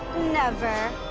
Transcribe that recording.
never.